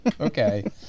Okay